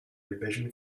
revision